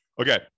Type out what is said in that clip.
okay